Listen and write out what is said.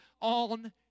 on